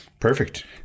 perfect